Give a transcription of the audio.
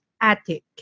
attic